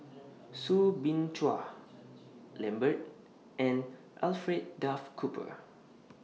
Soo Bin Chua Lambert and Alfred Duff Cooper